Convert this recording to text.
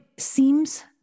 seems